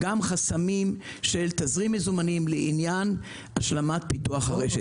יש גם חסמים של תזרים מזומנים לעניין השלמת פיתוח הרשת,